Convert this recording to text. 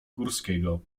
górskiego